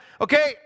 okay